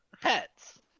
Pets